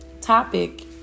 topic